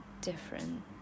different